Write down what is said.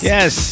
Yes